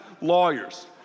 lawyers